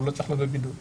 הוא לא צריך בידוד לזה.